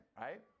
right